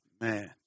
man